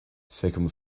feicim